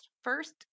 first